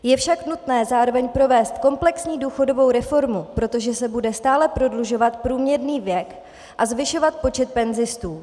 Je však nutné zároveň provést komplexní důchodovou reformu, protože se bude stále prodlužovat průměrný věk a zvyšovat počet penzistů.